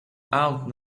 out